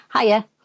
Hiya